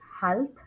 health